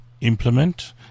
implement